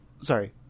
Sorry